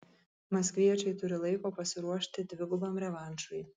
maskviečiai turi laiko pasiruošti dvigubam revanšui